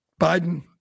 Biden